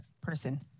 person